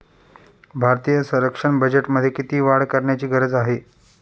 भारतीय संरक्षण बजेटमध्ये किती वाढ करण्याची गरज आहे?